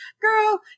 girl